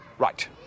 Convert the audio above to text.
Right